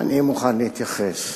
אני מוכן להתייחס.